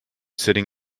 sitting